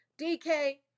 DK